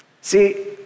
See